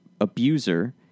abuser